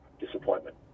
disappointment